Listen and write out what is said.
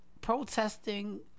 Protesting